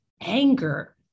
anger